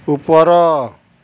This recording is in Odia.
ଉପର